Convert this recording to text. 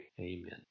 amen